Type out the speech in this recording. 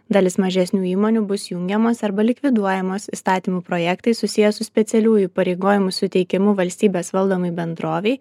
dalis mažesnių įmonių bus jungiamos arba likviduojamos įstatymų projektai susiję su specialiųjų įpareigojimų suteikimu valstybės valdomai bendrovei